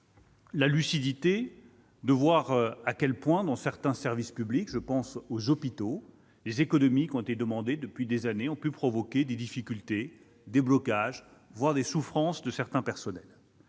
la lucidité de voir à quel point, dans certains services publics- je pense aux hôpitaux -, les économies qui ont été demandées depuis des années ont pu provoquer des difficultés, des blocages, voire des souffrances de certains personnels.